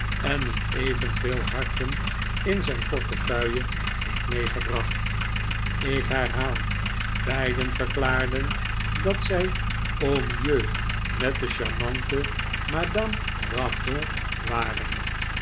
en niet evenveel harten in zijn portefeuille heeft meegebracht ik herhaal beiden verklaarden dat zij au mieux met de charmante madame ravdonn waren